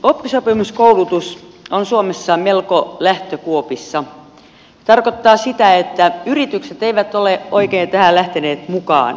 oppisopimuskoulutus on suomessa melko lähtökuopissa tarkoittaen sitä että yritykset eivät ole oikein tähän lähteneet mukaan